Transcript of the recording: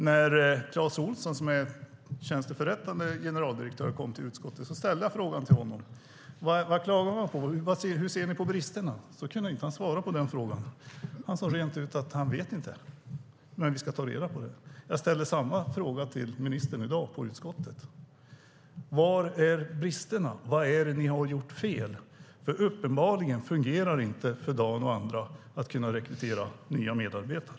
När Clas Ohlsson, som är tillförordnad generaldirektör, kom till utskottet ställde jag frågan till honom: Vad klagar man på, och hur ser ni på bristerna? Han kunde inte svara på den frågan. Han sade rent ut att han inte vet det, men att han skulle ta reda på det. Jag ställde samma fråga till ministern i dag på utskottssammanträdet. Vad är bristerna? Vad är det ni har gjort fel? Uppenbarligen fungerar det inte för Dan och andra att kunna rekrytera nya medarbetare.